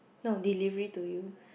no delivery to you